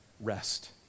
rest